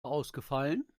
ausgefallen